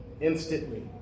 Instantly